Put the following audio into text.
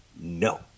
No